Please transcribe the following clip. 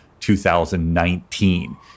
2019